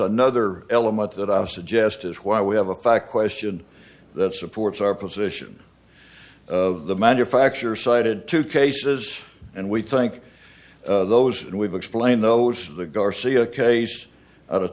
another element that i suggest is why we have a fact question that supports our position of the manufacturer cited two cases and we think those and we've explained those the garcia case out of